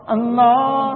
Allah